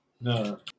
No